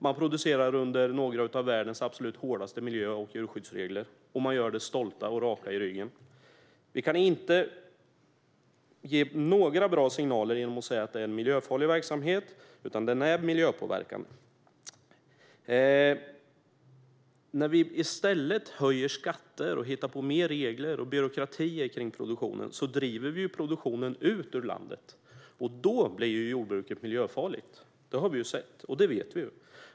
De producerar under några av världens absolut hårdaste miljö och djurskyddsregler, och man gör det stolt och med rak rygg. Vi ger inte några bra signaler genom att säga att jordbruket är en miljöfarlig verksamhet, utan den är miljöpåverkande. När vi i stället höjer skatter, hittar på mer regler och byråkrati kring produktionen driver man ju produktionen ut ur landet. Då blir jordbruket miljöfarligt, det vet vi.